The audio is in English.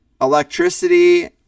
electricity